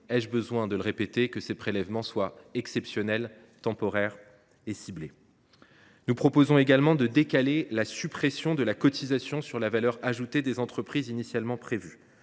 ai je besoin de le répéter ?– que ces prélèvements soient exceptionnels, temporaires et ciblés. Nous proposons également de décaler la suppression de la cotisation sur la valeur ajoutée des entreprises (CVAE) qui était initialement prévue.